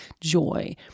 joy